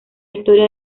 historia